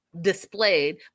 displayed